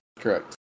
correct